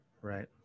right